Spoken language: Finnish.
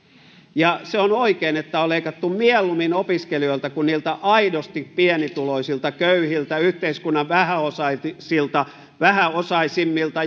ja on oikein että on leikattu mieluummin opiskelijoilta kuin niiltä aidosti pienituloisilta köyhiltä yhteiskunnan vähäosaisimmilta vähäosaisimmilta